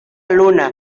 luna